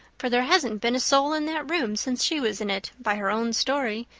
for there hasn't been a soul in that room since she was in it, by her own story,